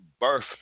birth